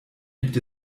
gibt